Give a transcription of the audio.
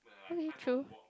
okay true